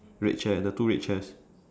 red chair the two red chairs